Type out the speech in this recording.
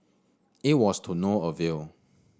it was to no avail